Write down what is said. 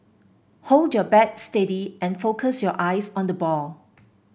hold your bat steady and focus your eyes on the ball